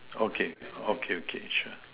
okay okay okay sure